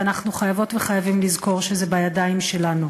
ואנחנו חייבות וחייבים לזכור שזה בידיים שלנו.